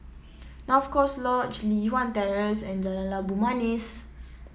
North Coast Lodge Li Hwan Terrace and Jalan Labu Manis